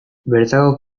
bertako